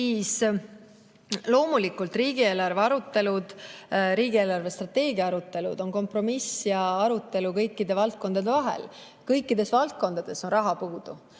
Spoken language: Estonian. siis loomulikult, riigieelarve arutelud, riigi eelarvestrateegia arutelud on kompromiss ja arutelu kõikide valdkondade vahel. Kõikides valdkondades on raha puudu